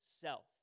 self